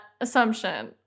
assumption